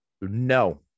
No